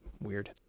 weird